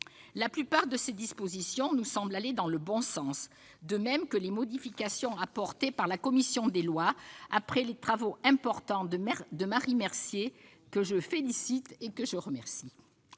La plupart de ces dispositions nous semblent aller dans le bon sens, de même que les modifications apportées par la commission des lois après les travaux importants réalisés par Mme la rapporteur, que je félicite et remercie.